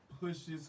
pushes